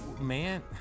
man